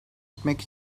etmek